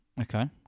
Okay